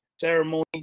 ceremony